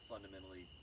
fundamentally